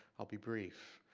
i'll be brief.